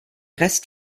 rest